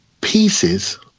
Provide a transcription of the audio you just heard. pieces